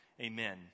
Amen